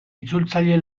itzultzaile